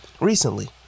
recently